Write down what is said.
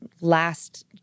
last